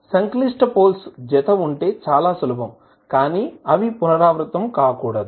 సంక్లిష్ట పోల్స్ జత ఉంటే చాలా సులభం అవి పునరావృతం కాకూడదు